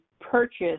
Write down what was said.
purchase